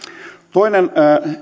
toinen